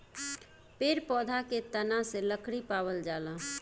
पेड़ पौधा के तना से लकड़ी पावल जाला